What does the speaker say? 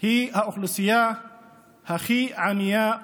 היא האוכלוסייה הכי ענייה במדינה.